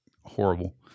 horrible